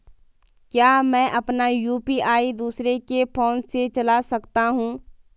क्या मैं अपना यु.पी.आई दूसरे के फोन से चला सकता हूँ?